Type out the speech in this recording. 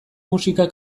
musika